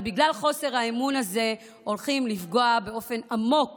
אבל בגלל חוסר האמון הזה הולכים לפגוע באופן עמוק